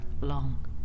Long